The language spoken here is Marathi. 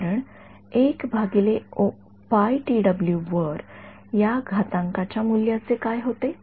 कारण वर या घातांकाच्या च्या मूल्याचे काय होते